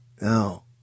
no